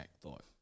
thought